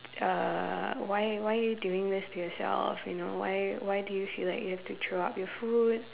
uh why why are you doing this to yourself you know why why do you feel like you have to throw up your food